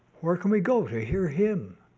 where can we go to hear him?